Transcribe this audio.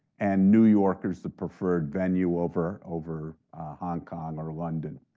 and new york is the preferred venue over over hong kong or london.